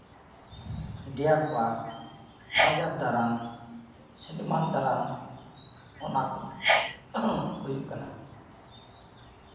deer park ᱵᱟᱡᱟᱨ ᱫᱟᱬᱟᱱ cinema ᱫᱟᱬᱟᱱ ᱚᱱᱟ ᱠᱚ ᱦᱩᱭᱩᱜ ᱠᱟᱱᱟ